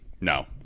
No